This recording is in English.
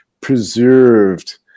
preserved